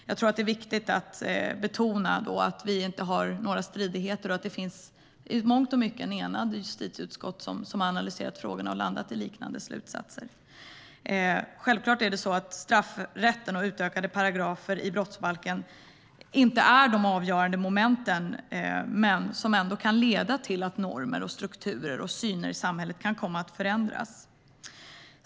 Jag tror att det är viktigt att betona att vi i justitieutskottet inte har några stridigheter och att det är ett i mångt och mycket enat utskott som har analyserat frågorna och landat i liknande slutsatser. Självklart är inte straffrätten och utökade paragrafer i brottsbalken de avgörande momenten, men de kan ändå leda till att normer, strukturer och synsätt i samhället förändras.